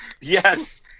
Yes